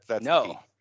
No